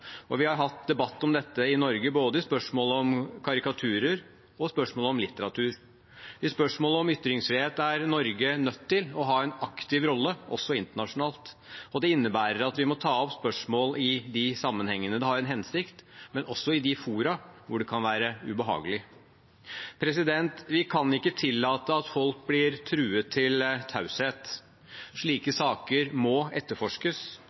Vi har hatt debatt om dette i Norge, både i spørsmålet om karikaturer og i spørsmålet om litteratur. I spørsmålet om ytringsfrihet er Norge nødt til å ha en aktiv rolle også internasjonalt, og det innebærer at vi må ta opp spørsmål i de sammenhengene det har en hensikt, men også i de fora hvor det kan være ubehagelig. Vi kan ikke tillate at folk blir truet til taushet. Slike saker må etterforskes